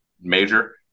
major